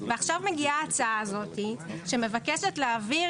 ועכשיו מגיעה ההצעה הזאת שמבקשת להעביר